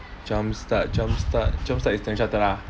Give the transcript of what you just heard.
jump start jump start jump start is Standard Chartered lah